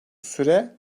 süre